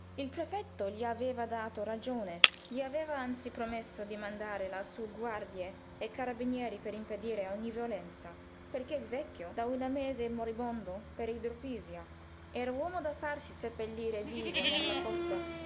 il prefetto gli aveva dato ragione gli aveva anzi promesso di mandare lassú guardie e carabinieri per impedire ogni violenza perché il vecchio da un mese moribondo per idropisia era uomo da farsi seppellire vivo nella fossa